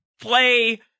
play